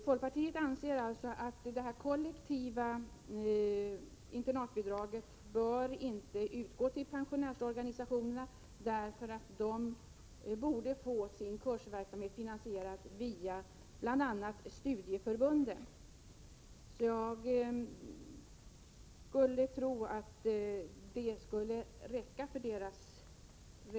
Folkpartiet anser alltså att det kollektiva internatbidraget inte bör utgå till pensionärsorganisationerna, eftersom de borde få sin kursverksamhet finansierad via bl.a. studieförbunden. Jag skulle tro att det räcker för deras del.